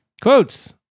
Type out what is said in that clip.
quotes